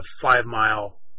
five-mile